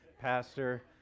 pastor